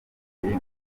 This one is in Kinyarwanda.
kabiri